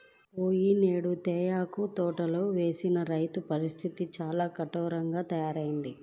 పోయినేడు తేయాకు తోటలు వేసిన రైతుల పరిస్థితి చాలా ఘోరంగా తయ్యారయింది